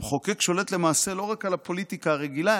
המחוקק שולט למעשה לא רק על הפוליטיקה הרגילה,